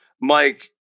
Mike